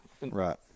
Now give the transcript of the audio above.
Right